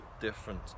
different